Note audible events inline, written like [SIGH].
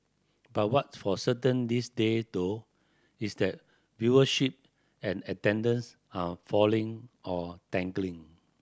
but what's for certain these day though is that viewership and attendance are falling or [UNINTELLIGIBLE]